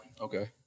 Okay